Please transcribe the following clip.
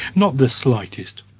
not the slightest.